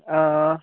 हां